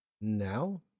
now